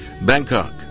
Bangkok